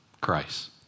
Christ